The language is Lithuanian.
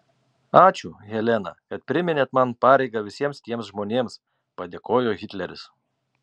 ačiū helena kad priminėt man pareigą visiems tiems žmonėms padėkojo hitleris